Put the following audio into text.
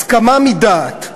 הסכמה מדעת.